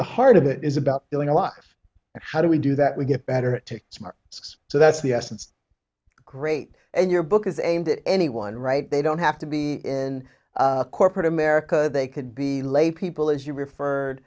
the heart of it is about feeling alive and how do we do that we get better take some risks so that's the essence of great in your book is aimed at anyone right they don't have to be in corporate america they could be lay people as you referred